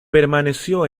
permaneció